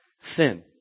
sin